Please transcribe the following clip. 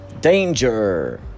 Danger